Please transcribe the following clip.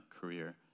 career